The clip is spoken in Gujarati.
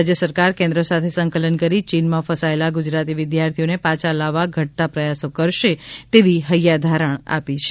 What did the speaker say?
રાજ્ય સરકાર કેન્દ્ર સાથે સંકલન કરી ચીનમાં ફસાયેલા ગુજરાતી વિદ્યાર્થીઓને પાછા લાવવા ઘટતા પ્રયાસો કરશે તેવી હૈયાધારણા આપી હતી